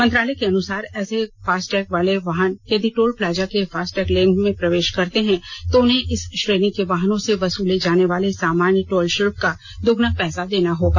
मंत्रालय के अनुसार ऐसे फास्टैग वाले वाहन यदि टोल प्लाजा के फास्टैग लेन में प्रवेश करते हैं तो उन्हें इस श्रेणी के वाहनों से वसूले जाने वाले सामान्य टोल शुल्क का दोगुना पैसा देना होगा